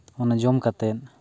ᱚᱱᱮ ᱡᱚᱢ ᱠᱟᱛᱮᱫ